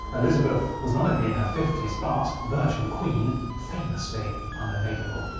elizabeth was not only in her fifties, but, virgin queen, famously unavailable.